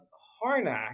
Harnack